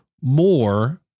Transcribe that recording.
more